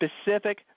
specific